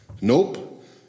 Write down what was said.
Nope